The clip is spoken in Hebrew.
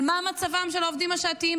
על מה מצבם של העובדים השעתיים,